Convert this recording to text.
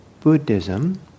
Buddhism